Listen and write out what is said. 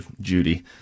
Judy